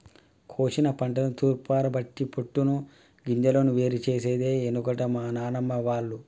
కోశిన పంటను తూర్పారపట్టి పొట్టును గింజలను వేరు చేసేది ఎనుకట మా నానమ్మ వాళ్లు